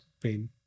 pain